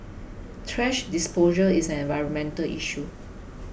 thrash disposal is an environmental issue